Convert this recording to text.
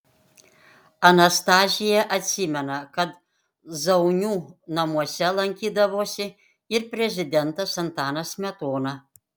anastazija atsimena kad zaunių namuose lankydavosi ir prezidentas antanas smetona